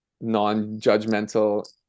non-judgmental